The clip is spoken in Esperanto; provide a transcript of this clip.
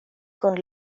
kun